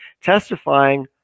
testifying